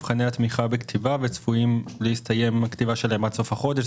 כתיבת מבחני התמיכה צפויה להסתיים עד סוף החודש.